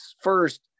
First